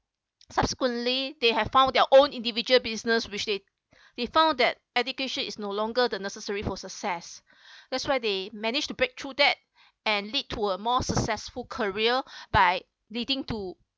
subsequently they have found their own individual business which they they found that education is no longer the necessary for success that's why they managed to break through that and lead to a more successful career by leading to